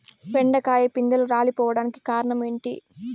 బెండకాయ పిందెలు రాలిపోవడానికి కారణం ఏంటి?